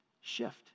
shift